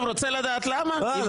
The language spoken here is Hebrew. --- רוצה לדעת למה?